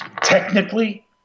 technically